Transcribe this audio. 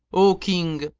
o king,